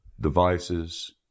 devices